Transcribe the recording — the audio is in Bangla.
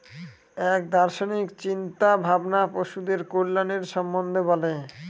এক দার্শনিক চিন্তা ভাবনা পশুদের কল্যাণের সম্বন্ধে বলে